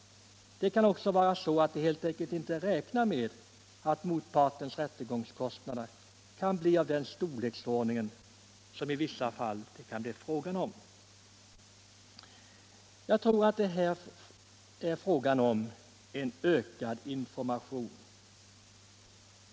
Det kan också vara så att man helt enkelt inte räknar med att motpartens rättegångskostnader skall få sådan storleksordning som det i vissa fall kan bli fråga om. Jag tror att det här är ett problem om ökad information.